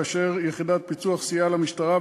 כאשר יחידת הפיצו"ח סייעה למשטרה,